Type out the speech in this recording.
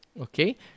okay